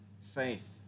faith